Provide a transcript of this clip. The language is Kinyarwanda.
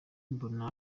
mbona